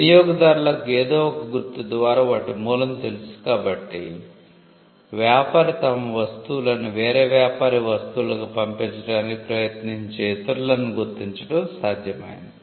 వినియోగదారులకు ఏదో ఒక గుర్తు ద్వారా వాటి మూలం తెలుసు కాబట్టి వ్యాపారి తమ వస్తువులను వేరే వ్యాపారి వస్తువులుగా పంపించడానికి ప్రయత్నించే ఇతరులను గుర్తించడం సాధ్యమైంది